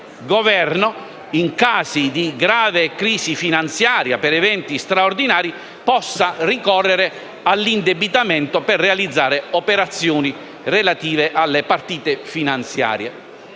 che, in casi di grave crisi finanziaria e per eventi straordinari, il Governo possa ricorrere all'indebitamento per realizzare operazioni relative alle partite finanziarie.